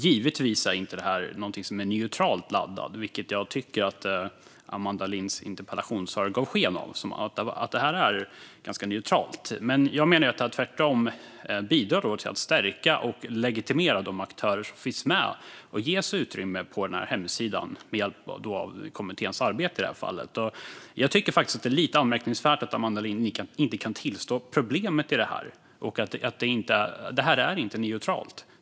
Givetvis är inte det här någonting som är neutralt laddat, men jag tycker att Amanda Linds interpellationssvar gav sken av att det är ganska neutralt. Jag menar att detta tvärtom bidrar till att stärka och legitimera de aktörer som finns med och som ges utrymme på hemsidan med hjälp av kommitténs arbete i det här fallet. Jag tycker faktiskt att det är lite anmärkningsvärt att Amanda Lind inte kan tillstå att det finns ett problem i detta. Det här är inte neutralt.